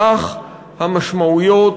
כך המשמעויות,